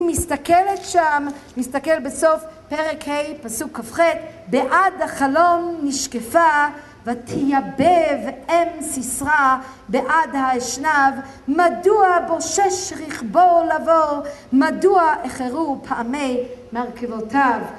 מסתכלת שם, מסתכל בסוף פרק ה' פסוק כ"ח בעד החלום נשקפה ותיאבב אם סיסרה בעד האשנב, מדוע בושש רכבו לבוא מדוע אחרו פעמי מרכבותיו